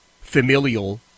familial